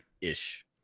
ish